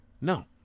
No